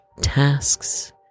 tasks